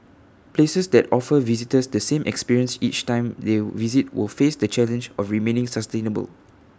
places that offer visitors the same experience each time they visit will face the challenge of remaining sustainable